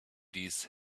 these